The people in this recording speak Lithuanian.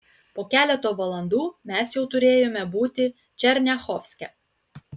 po keleto valandų mes jau turėjome būti černiachovske